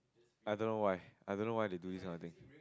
I don't know why I don't know why they do this kind of thing